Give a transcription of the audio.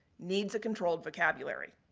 needs a controlled vocabulary,